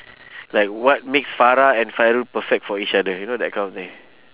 like what makes farah and fairul perfect for each other you know that kind of thing